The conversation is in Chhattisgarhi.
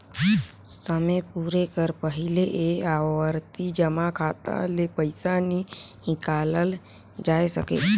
समे पुरे कर पहिले ए आवरती जमा खाता ले पइसा नी हिंकालल जाए सके